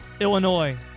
Illinois